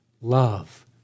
love